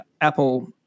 Apple